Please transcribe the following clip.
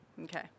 Okay